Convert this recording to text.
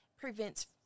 prevents